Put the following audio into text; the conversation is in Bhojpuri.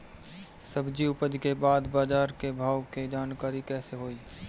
सब्जी उपज के बाद बाजार के भाव के जानकारी कैसे होई?